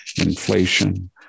inflation